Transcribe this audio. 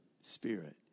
Spirit